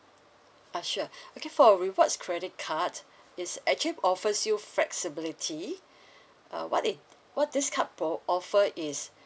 ah sure okay for rewards credit cards it's actually offers you flexibility uh what it what this card off~ offer is